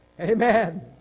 Amen